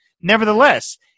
Nevertheless